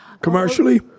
commercially